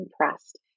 impressed